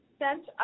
sent